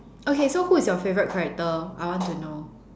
okay so who is your favourite character I want to know